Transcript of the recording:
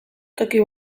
toki